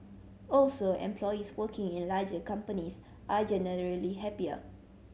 also employees working in larger companies are generally happier